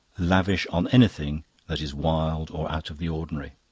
lavish on anything that is wild or out of the ordinary.